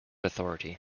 authority